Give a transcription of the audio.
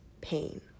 pain